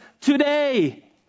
today